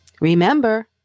Remember